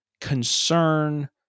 concern